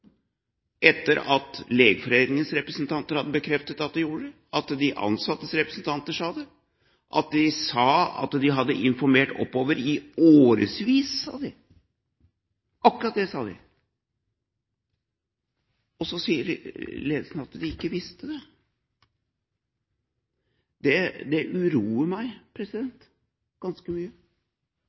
etter at Legeforeningens representanter hadde bekreftet at de visste det, etter at de ansattes representanter sa at de hadde informert oppover i årevis – akkurat det sa de. Og så sier ledelsen at de ikke visste det! Det uroer meg ganske mye.